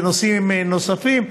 בנושאים נוספים,